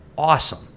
Awesome